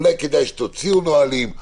אולי כדאי שתוציאו נהלים?